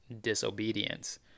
disobedience